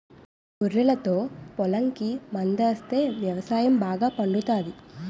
గొర్రెలతో పొలంకి మందాస్తే వ్యవసాయం బాగా పండుతాది